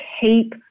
keep